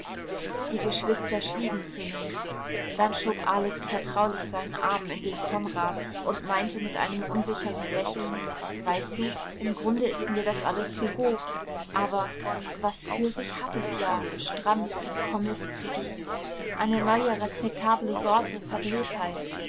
die geschwister schwiegen zunächst dann schob alex vertraulich seinen arm in den konrads und meinte mit einem unsicheren lächeln weißt du im grunde ist mir das alles zu hoch aber was für sich hat es ja stramm zum kommis zu gehen eine neue respektable sorte